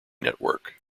network